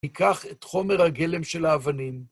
תיקח את חומר הגלם של האבנים.